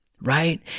Right